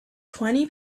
twenty